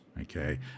Okay